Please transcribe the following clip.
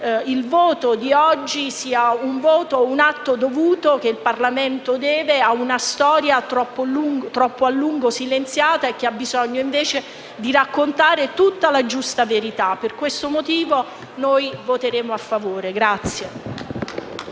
il voto di oggi sia un atto dovuto che il Parlamento deve a una storia troppo a lungo silenziata e che ha bisogno invece della giusta verità. Per questo motivo voteremo a favore.